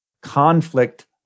conflict